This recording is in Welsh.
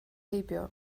heibio